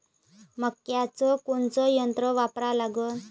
मक्याचं कोनचं यंत्र वापरा लागन?